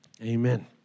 Amen